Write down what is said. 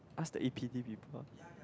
ask the A_P_D people